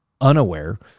unaware